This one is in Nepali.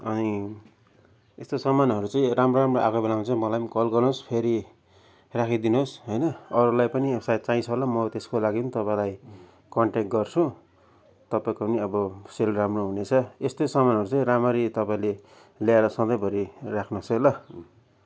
अनि यस्तो सामानहरू चाहिँ राम्रो राम्रो आएको बेला मलाई पनि कल गर्नुहोस् फेरि राखिदिनुहोस् होइन अरूलाई पनि सायद चाहिन्छ होला म त्यसको लागि पनि तपाईँलाई कन्ट्याक्ट गर्छु तपाईँको पनि अब सेल राम्रो हुनेछ यस्तै सामानहरू चाहिँ राम्ररी तपाईँले ल्याएर सधैँभरि राख्नुहोसै ल